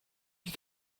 you